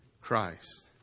Christ